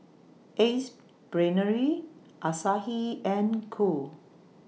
Ace Brainery Asahi and Cool